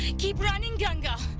keep running, ganga,